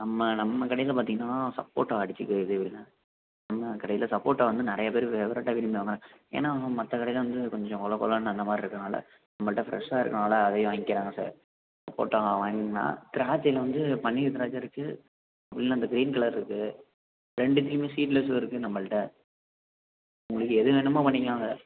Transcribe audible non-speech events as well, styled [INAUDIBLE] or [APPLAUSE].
நம்ம நம்ம கடையில் பார்த்தீங்கன்னா சப்போட்டா அடிச்சுக்கவே [UNINTELLIGIBLE] நம்ம கடையில் சப்போட்டா வந்து நிறைய பேர் ஃபேவரிட்டாக விரும்பி [UNINTELLIGIBLE] ஏன்னால் மற்ற கடையில் வந்து கொஞ்சம் கொழ கொழனு அந்த மாதிரி இருக்கிறனால நம்மள்கிட்ட ஃப்ரெஷ்ஷாக இருக்கிறதுனால அதையே வாங்கிக்கிறாங்க சார் சப்போட்டா [UNINTELLIGIBLE] திராட்சையில் வந்து பன்னீர் திராட்சை இருக்குது உள்ளே அந்த க்ரீன் கலர் இருக்குது ரெண்டுத்திலையுமே சீட்லெஸ்ஸும் இருக்குது நம்மள்கிட்ட உங்களுக்கு எது வேணுமோ பண்ணிக்கலாங்க